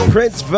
Prince